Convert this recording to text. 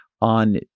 on